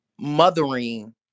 mothering